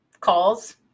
calls